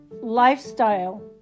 lifestyle